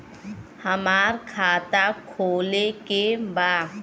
हमार खाता खोले के बा?